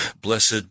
Blessed